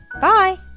Bye